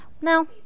No